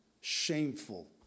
shameful